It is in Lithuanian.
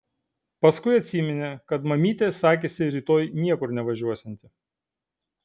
paskui atsiminė kad mamytė sakėsi rytoj niekur nevažiuosianti